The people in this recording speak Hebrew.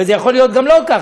הרי זה גם יכול להיות לא כך,